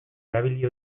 erabili